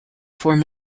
form